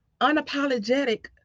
unapologetic